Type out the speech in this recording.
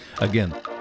Again